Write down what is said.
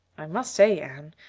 i must say, anne,